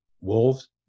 Wolves